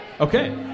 Okay